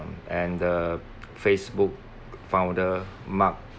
and the Facebook founder mark